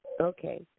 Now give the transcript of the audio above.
Okay